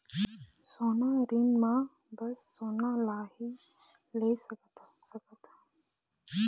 सोना ऋण मा बस सोना ला ही ले सकत हन हम?